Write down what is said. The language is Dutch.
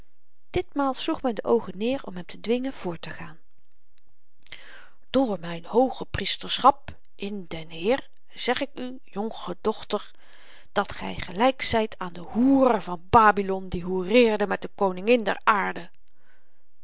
ditmaal sloeg men de oogen neer om hem te dwingen voorttegaan door myn hoochepriesterschap in den heer zeg ik u jonche dochter dat gy gelyk zyt aan de hoere van babilon die hoereerde met de koningen der aarde